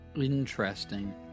Interesting